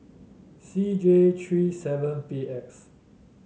C J three seven P X